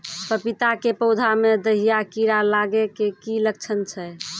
पपीता के पौधा मे दहिया कीड़ा लागे के की लक्छण छै?